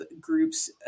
groups